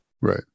right